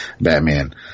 Batman